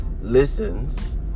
listens